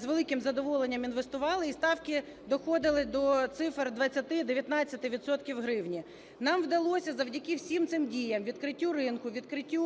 з великим задоволенням інвестували, і ставки доходили до цифр 20, 19 відсотків в гривні. Нам вдалося завдяки всім цим діям – відкриттю ринку, відкриттю